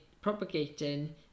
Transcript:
propagating